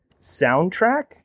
soundtrack